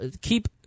Keep